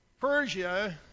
Persia